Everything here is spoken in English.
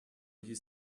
you